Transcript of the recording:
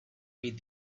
read